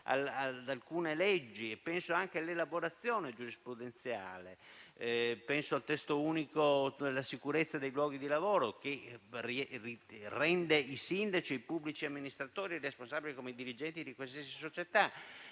ad alcune leggi e anche all'elaborazione giurisprudenziale. Penso al testo unico per la sicurezza sui luoghi di lavoro, che rende i sindaci pubblici amministratori responsabili come i dirigenti di qualsiasi società,